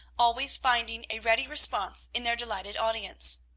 always finding a ready response in their delighted audience.